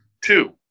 Two